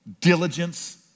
diligence